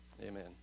amen